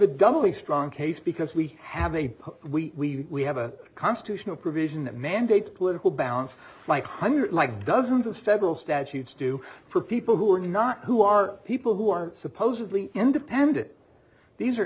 dummy strong case because we have a we have a constitutional provision that mandates political balance like hundred like dozens of federal statutes do for people who are not who are people who are supposedly independent these are